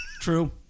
True